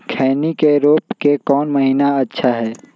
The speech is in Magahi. खैनी के रोप के कौन महीना अच्छा है?